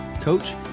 coach